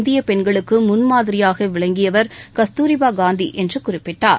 இந்திய பெண்களுக்கு முன்மாதிரியாக விளங்கியவர் கஸ்தூரிபா காந்தி என்று குறிப்பிட்டார்